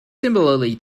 similarly